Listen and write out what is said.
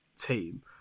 team